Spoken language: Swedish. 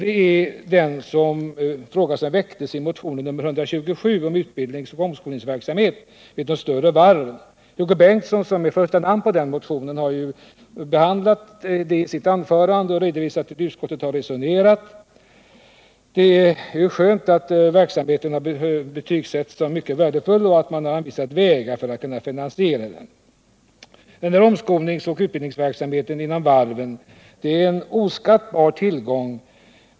Det är den fråga som väcktes i motionen 127 om utbildningsoch omskolningsverksamhet vid de större varven. Hugo Bengtsson, som står först med sitt namn på den motionen, har behandlat denna fråga i sitt anförande här och redovisat hur utskottet har resonerat. Det är trevligt att höra att verksamheten har betygsatts såsom mycket värdefull och att vägar har anvisats för en finansiering av en fortsättning på den. Den här omskolningsoch utbildningsverksamheten inom varven är en oskattbar tillgång.